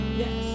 yes